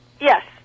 Yes